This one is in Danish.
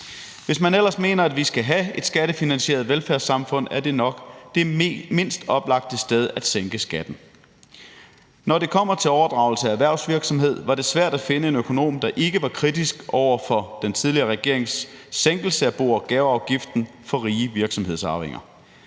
Hvis man ellers mener, at vi skal have et skattefinansieret velfærdssamfund, er det nok det mindst oplagte sted at sænke skatten. Når det kommer til overdragelse af erhvervsvirksomhed, var det svært at finde en økonom, der ikke var kritisk over for den tidligere regerings sænkelse af bo- og gaveafgiften for rige virksomhedsarvinger.